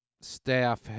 staff